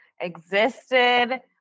existed